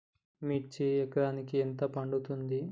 మిర్చి ఎకరానికి ఎంత పండుతది?